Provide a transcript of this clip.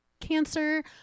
cancer